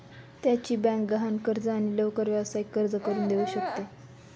त्याची बँक गहाण कर्ज आणि लवकर व्यावसायिक कर्ज करून देऊ शकते